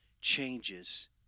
changes